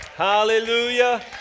Hallelujah